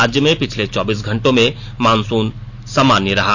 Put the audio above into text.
राज्य में पिछले चौबीस घंटों में मॉनसून सामान्य रहा